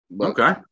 Okay